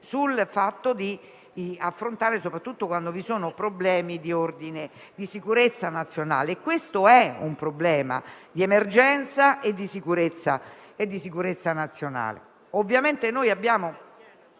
nell'affrontare soprattutto problemi di ordine di sicurezza nazionale. E questo è un problema di emergenza e di sicurezza nazionale.